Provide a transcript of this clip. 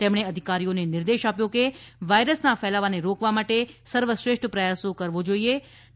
તેમણે અધિકારીઓને નિર્દેશ આપ્યો કે વાયરસના ફેલાવાને રોકવા માટે સર્વશ્રેષ્ઠ પ્રયાસો કરવા નિર્દેશ કર્યો હતો